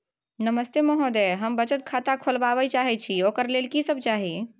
नमस्ते महोदय, हम बचत खाता खोलवाबै चाहे छिये, ओकर लेल की सब चाही?